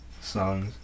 songs